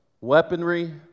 weaponry